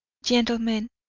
gentlemen,